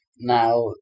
Now